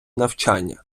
навчання